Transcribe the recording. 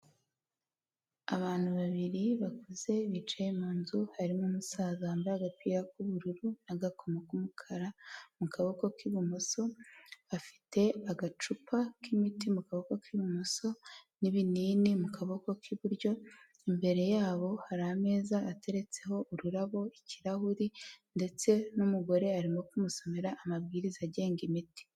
Abantu babiri bakuze bicaye mu nzu harimo umusaza wambaye agapira k'ubururu na agakoma k'umukara mu kaboko k'ibumoso afite agacupa k'imiti mu kaboko k'ibumoso n'ibinini mu kaboko k'iburyo imbere yabo hari ameza ateretseho ururabo, ikirahuri ndetse n'umugore arimo kumusomera amabwiriza agenga imiti.